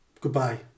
goodbye